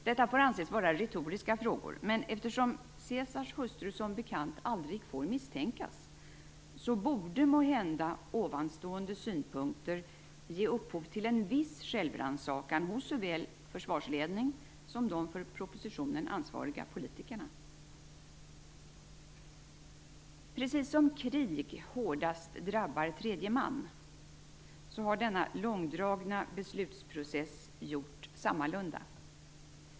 Detta får anses vara retoriska frågor, men eftersom Caesars hustru som bekant aldrig får misstänkas, borde måhända ovanstående synpunkter ge upphov till en viss självrannsakan såväl inom försvarsledningen som bland de politiker som är ansvariga för propositionen. Denna långdragna beslutsprocess har, precis som krig, hårdast drabbat tredje man.